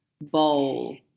bowl